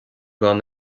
gan